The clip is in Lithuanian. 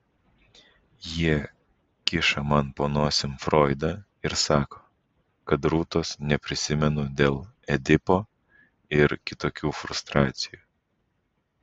jie kiša man po nosimi froidą ir sako kad rūtos neprisimenu dėl edipo ir kitokių frustracijų